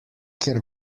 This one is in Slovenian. kjer